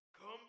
Come